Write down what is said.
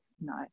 no